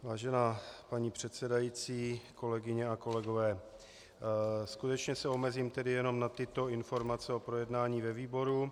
Vážená paní předsedající, kolegyně a kolegové, skutečně se omezím jenom na tyto informace o projednání ve výboru.